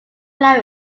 flour